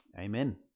amen